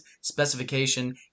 specification